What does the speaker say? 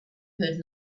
heard